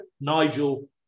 Nigel